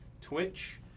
Twitch